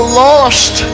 lost